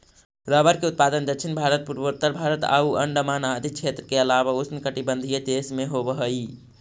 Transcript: rubber के उत्पादन दक्षिण भारत, पूर्वोत्तर भारत आउ अण्डमान आदि क्षेत्र के अलावा उष्णकटिबंधीय देश में होवऽ हइ